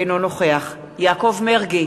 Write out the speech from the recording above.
אינו נוכח יעקב מרגי,